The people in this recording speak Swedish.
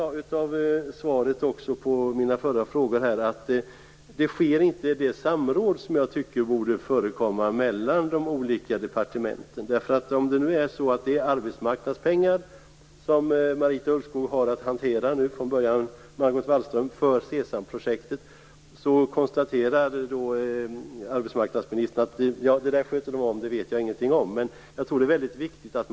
Av svaret på mina tidigare frågor anar jag också att det samråd som jag tycker borde förekomma mellan de olika departementen inte sker. När det gäller de arbetsmarknadspengar som från början Margot Wallström och sedan Marita Ulvskog haft att hantera för SESAM-projektet konstaterar arbetsmarknadsministern att detta är något som de har skött om och att hon inte vet något om detta.